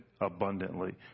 abundantly